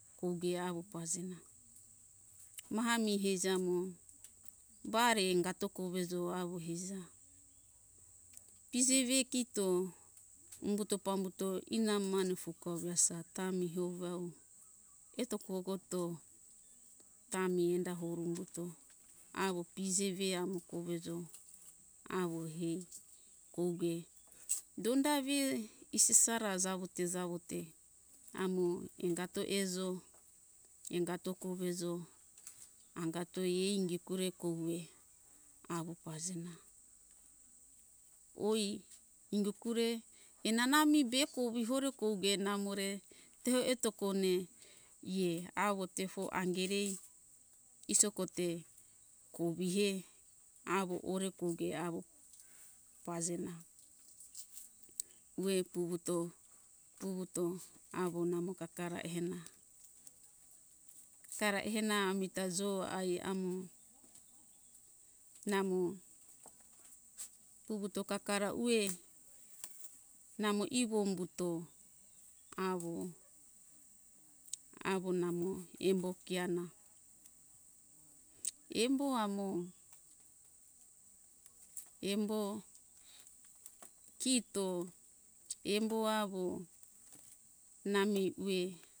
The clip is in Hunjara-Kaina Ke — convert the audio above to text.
Kouge awo pazena maha mi eiza mo bare ingato kove jo awo eiza piji vi kito umbuto pambuto ina mane fuka vesa tami huvau eto kogoto tami enda horu umbuto awo pije ve amo kove jo awo hei kouge donda ve isesara jawo te - jawo te amo engato ezo engato kovezo angato ai ingi kure koue awo pazena oi ingi kure enana mi be kovi hore koge namore teho eto kone ye awo tefo angerei isoko te kovihe awo ore koge awo pazena uwe puvuto - puvuto awo namo kakara ehena - kakara ehena amita jo ai amo namo puvuto kakara uwe namo ivo umbuto awo - awo namo embo ke ana embo amo embo kito embo awo nami uwe